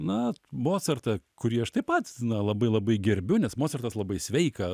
na mocartą kurį aš tai pats na labai labai gerbiu nes mocartas labai sveika